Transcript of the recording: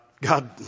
God